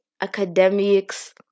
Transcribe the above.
academics